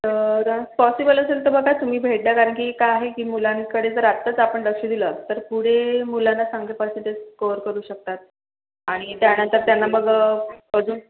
तर पॉसिबल असेल तर बघा तुम्ही भेटा कारण की काय आहे की मुलांकडे जर आत्ताच आपण लक्ष दिलं तर पुढे मुलांना चांगले पर्सेंटेज कव्हर करू शकतात आणि त्यानंतर त्यांना मग अजून